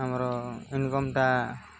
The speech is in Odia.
ଆମର ଇନକମ୍ଟା